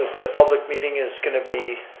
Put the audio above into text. the public meeting is going to be.